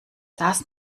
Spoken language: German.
das